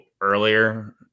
earlier